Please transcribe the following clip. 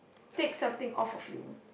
take something off of you